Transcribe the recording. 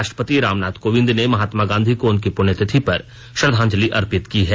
राष्ट्रपति रामनाथ कोविंद ने महात्मा गांधी को उनकी प्रण्यतिथि पर श्रद्धांजलि अर्पित की है